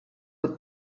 with